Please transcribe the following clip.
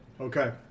Okay